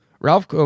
Ralph